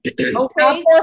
okay